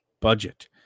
budget